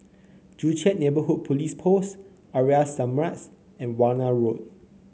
Joo Chiat Neighborhood Police Post Aria Samaj and Warna Road